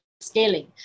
scaling